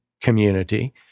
community